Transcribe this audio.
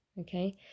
Okay